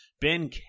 Ben